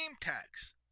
tax